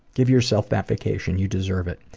give yourself that vacation, you deserve it.